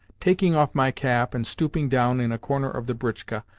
taking off my cap, and stooping down in a corner of the britchka,